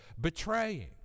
betraying